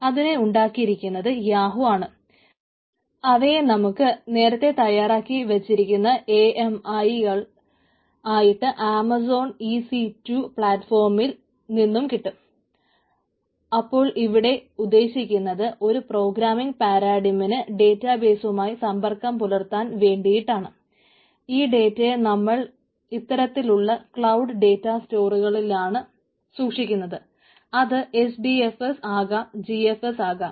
അത് HDFS ആകാം GFS ആകാം